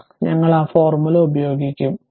അതിനാൽ ഞങ്ങൾ ആ ഫോർമുല പ്രയോഗിക്കും